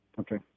Okay